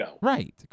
Right